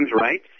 right